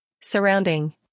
Surrounding